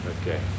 Okay